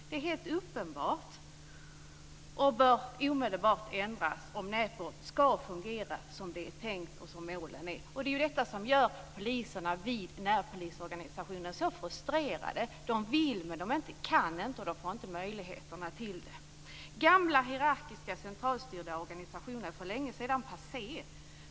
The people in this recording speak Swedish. Det är helt uppenbart och bör omedelbart ändras om närpolisen skall fungera som det är tänkt, vilket är målet. Det är detta som gör poliserna vid närpolisorganisationen så frustrerade. De vill, men de kan inte och får inte möjligheterna. Gamla hierarkiska centralstyrda organisationer är för länge sedan passé.